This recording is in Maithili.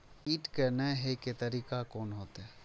कीट के ने हे के तरीका कोन होते?